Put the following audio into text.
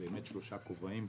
באמת שלושה כובעים: